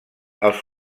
els